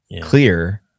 clear